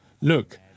Look